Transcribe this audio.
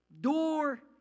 door